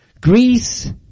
Greece